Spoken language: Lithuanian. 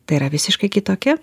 tai yra visiškai kitokia